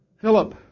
Philip